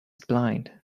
blind